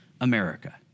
America